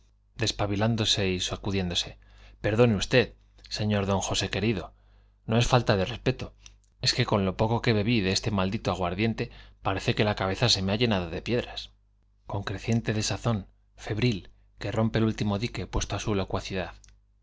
despabilándose y saoudiendose i perdone usted sr d j osé querido n o es falta de respeto es que con lo poco que bebí de ese maldito aguardiente parece que la cabeza se me ha penado de piedras creciente desazón ebril el con que rompe último dique puesto á su locuacidad